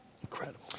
Incredible